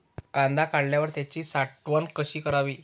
कांदा काढल्यावर त्याची साठवण कशी करावी?